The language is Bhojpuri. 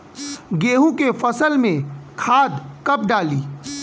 गेहूं के फसल में खाद कब डाली?